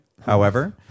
however-